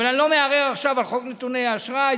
אני לא מערער עכשיו על חוק נתוני האשראי,